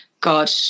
God